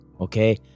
Okay